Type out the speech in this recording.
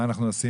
כמו שאמרת,